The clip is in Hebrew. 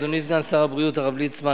אדוני סגן שר הבריאות הרב ליצמן,